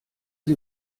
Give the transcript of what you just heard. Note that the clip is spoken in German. sie